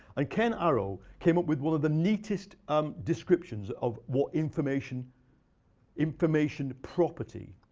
and ken arrow came up with one of the neatest um descriptions of what information information property,